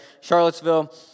Charlottesville